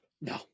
No